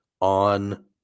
on